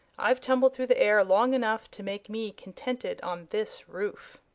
i've tumbled through the air long enough to make me contented on this roof.